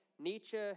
Nietzsche